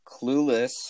Clueless